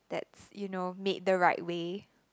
that's you know made the right way